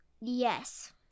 Yes